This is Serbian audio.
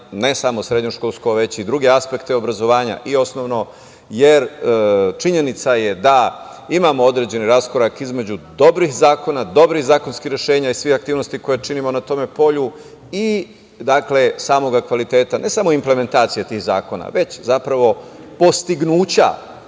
ne samo srednjoškolsko, već i u druge aspekte obrazovanja, osnovno, jer činjenica je da imamo određeni raskorak između dobrih zakona, dobrih zakonskih rešenja i svihaktivnosti koje činimo na tom polju i samog kvaliteta, ne samo implementacije tih zakona, već zapravo postignuća